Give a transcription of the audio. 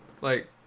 Like-